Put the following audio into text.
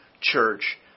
church